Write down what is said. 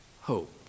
hope